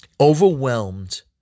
overwhelmed